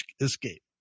escape